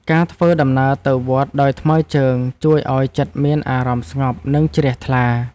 ការធ្វើដំណើរទៅវត្តដោយថ្មើរជើង ជួយឱ្យចិត្តមានអារម្មណ៍ស្ងប់ និងជ្រះថ្លា។